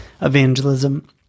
evangelism